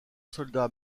soldats